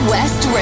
West